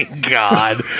God